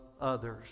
others